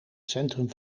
centrum